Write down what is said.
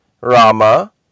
Rama